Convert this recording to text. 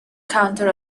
counter